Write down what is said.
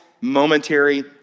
momentary